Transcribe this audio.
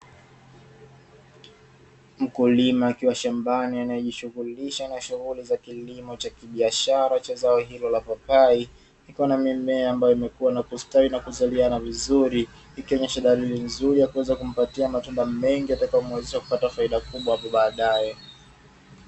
Mkulima akiwa shambani anayejishughulisha na shughuli za kilimo cha kibiashara cha zao hilo la papai ikiwa na mimea ambayo imekuwa na kustawi na kuzaliana vizuri, ikionyesha dalili nzuri ya kuweza kumpatia matunda mengi yatakayomwezesha kupata faida kubwa hapo.